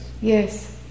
yes